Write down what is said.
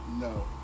No